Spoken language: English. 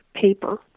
paper